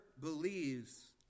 believes